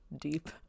deep